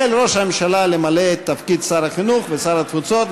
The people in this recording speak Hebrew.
החל ראש הממשלה למלא את תפקיד שר החינוך ושר התפוצות,